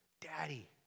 Daddy